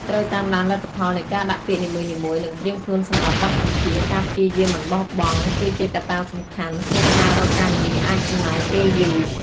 ត្រូវតាមដានលទ្ធផលនៃការដាក់ពាក្យនីមួយៗ និងត្រៀមខ្លួនសម្រាប់បទសម្ភាសន៍ ការព្យាយាមមិនបោះបង់គឺជាកត្តាសំខាន់ ព្រោះការរកការងារអាចចំណាយពេលយូរ។